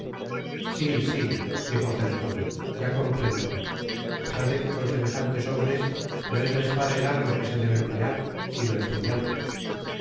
si si dijo felton ya comprendo á pesar de que con semejantes hombres no es la espada el arma que se debe emplear sino el puñal